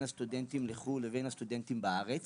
הסטודנטים בחוץ לארץ לבין הסטודנטים בארץ,